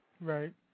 right